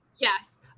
Yes